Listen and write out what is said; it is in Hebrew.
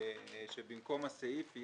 עמוד 21 סעיף 30,